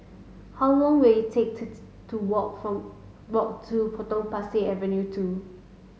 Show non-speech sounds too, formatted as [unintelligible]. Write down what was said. how long will it take to [unintelligible] to walk from walk to Potong Pasir Avenue two